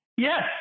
Yes